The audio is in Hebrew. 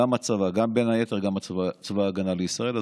גם הצבא, בין היתר, גם צבא ההגנה לישראל.